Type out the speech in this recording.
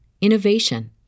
innovation